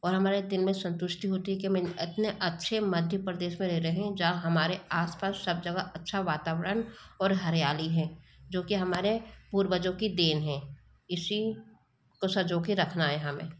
और हमारे दिल में संतुष्टि होती है कि हमें अतने अच्छे मध्य प्रदेश में रेह रहे हैं जहाँ हमारे आस पास सब जगह अच्छा वातावरण और हरयाली हैं जो कि हमारे पूर्वजों की देन हैं इसी को सजोके रखना है हमें